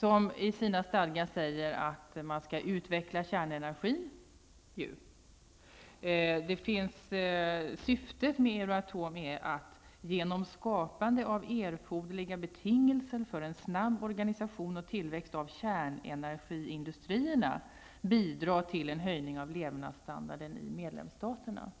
Av dess stadgar framgår att Euratom skall utveckla kärnenergin. Syftet med Euratom anges vara att genom skapandet av erforderliga betingelser för en snabb organisation och tillväxt av kärnenergiindustrierna bidra till en höjning av levnadsstandarden i medlemsstaterna.